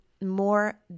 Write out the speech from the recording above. more